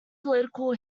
political